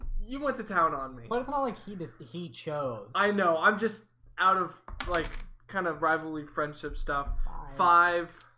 you went to town on me, well, it's not like he does the he chose i know. i'm just out of like kind of rivaling friendship stuff five